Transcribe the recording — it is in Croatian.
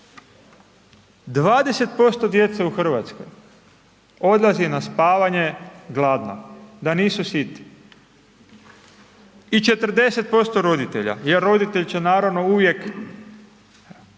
20% djece u Hrvatskoj odlazi na spavanje gladna, da nisu sita i 40% roditelja, jer roditelj će naravno uvijek